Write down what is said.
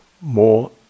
more